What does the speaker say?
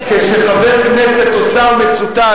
כשחבר כנסת או שר מצוטט,